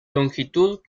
longitud